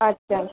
আচ্ছা